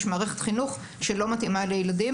יש מערכת חינוך שלא מתאימה לילדים.